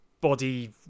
body